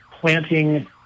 planting